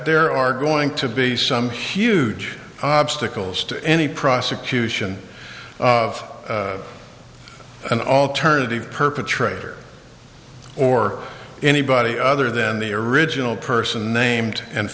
there are going to be some huge obstacles to any prosecution of an alternative perpetrator or anybody other than the original person named and